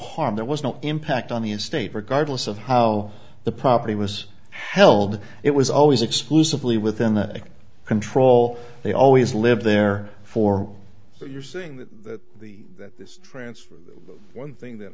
harm there was no impact on the estate regardless of how the property was held it was always exclusively within the control they always lived there for so you're saying that the that this transfer one thing that